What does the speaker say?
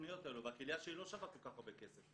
התכניות האלה והכליה שלי לא שווה כל כך הרבה כסף.